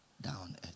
down